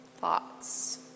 thoughts